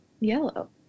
yellow